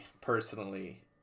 personally